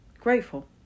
Grateful